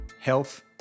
health